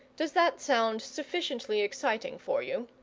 does that sound sufficiently exciting for you?